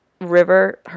river